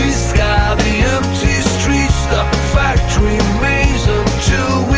the empty streets, the fact remains